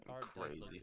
crazy